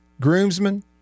groomsmen